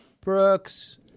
Brooks